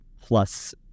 plus